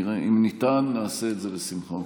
נראה, אם ניתן, נעשה את זה בשמחה.